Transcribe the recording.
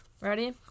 Ready